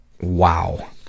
wow